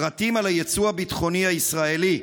פרטים על היצוא הביטחוני הישראלי,